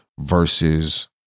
versus